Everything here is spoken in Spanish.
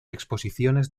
exposiciones